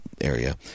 area